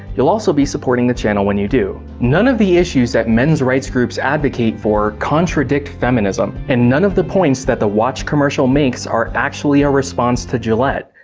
you'll also be supporting the channel when you do. none of the issues that men's rights groups advocate for contradict feminism. and none of the points that the watch commercial makes are actually a response to gillette,